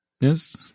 yes